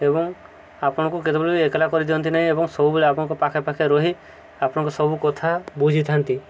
ଏବଂ ଆପଣଙ୍କୁ କେତବେଳେ ବି ଏକଲା କରିଦିଅନ୍ତି ନାହିଁ ଏବଂ ସବୁବେଳେ ଆପଣଙ୍କ ପାଖେପାଖେ ରହି ଆପଣଙ୍କ ସବୁ କଥା ବୁଝିଥାନ୍ତି